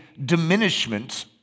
diminishment